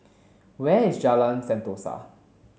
where is Jalan Sentosa